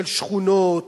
של שכונות,